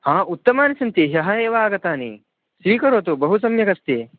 हा उत्तमानि सन्ति ह्यः एव आगतानि स्वीकरोतु बहु सम्यगस्ति